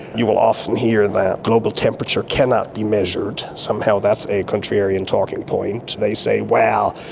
you will often hear that global temperature cannot be measured, somehow that's a contrarian talking point. they say, well,